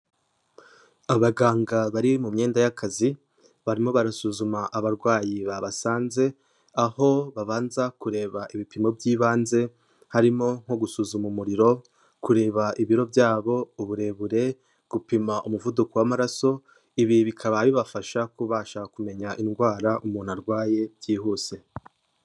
Abaganga bari mu myenda y'akazi barimo barasuzuma abarwayi babasanze, aho babanza kureba ibipimo by'ibanze, harimo nko gusuzuma umuriro, kureba ibiro bya bo, uburebure, gupima umuvuduko w'amaraso, ibi bikaba bibafasha kubasha kumenya indwara umuntu arwaye byihuse.